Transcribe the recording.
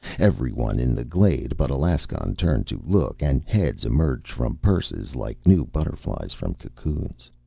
everyone in the glade but alaskon turned to look, and heads emerged from purses like new butterflies from cocoons.